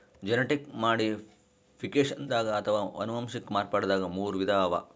genetic ಮಾಡಿಫಿಕೇಷನ್ದಾಗ್ ಅಥವಾ ಅನುವಂಶಿಕ್ ಮಾರ್ಪಡ್ದಾಗ್ ಮೂರ್ ವಿಧ ಅವಾ